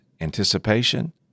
anticipation